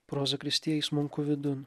pro zakristiją įsmunku vidun